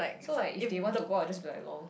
so like if they want to go I'll just be like lol